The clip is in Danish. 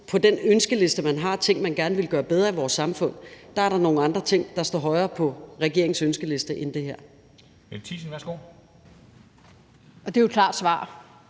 på den ønskeliste, man har over ting, man gerne vil gøre bedre i vores samfund, er der nogle andre ting, der står højere på regeringens ønskeliste end det her.